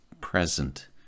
present